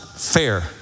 Fair